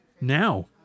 now